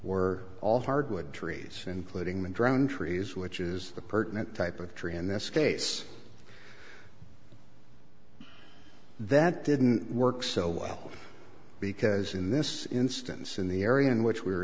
were all hardwood trees including the drowned trees which is the pertinent type of tree in this case that didn't work so well because in this instance in the area in which we were